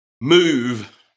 move